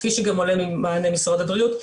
כפי שגם עולה ממענה משרד הבריאות,